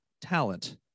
Talent